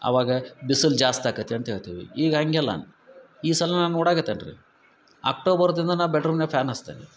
ಅವಾಗ ಬಿಸಿಲು ಜಾಸ್ತಿ ಆಕತಿ ಅಂತ ಹೇಳ್ತೀವಿ ಈಗ ಹಂಗಿಲ್ಲ ಈ ಸಲ ನಾನು ನೋಡಕತ್ತೇನೆ ರೀ ಅಕ್ಟೋಬರ್ದಿಂದ ನಾನು ಬೆಡ್ರೂಮ್ನ್ಯಾಗ ಫ್ಯಾನ್ ಹಚ್ತೇನೆ